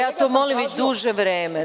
Ja to molim već duže vreme.